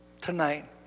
tonight